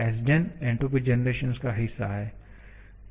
𝛿𝑠𝑔𝑒𝑛 entropy generation का हिस्सा है